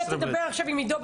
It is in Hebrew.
אתה תדבר עכשיו עם עידו,